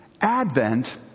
Advent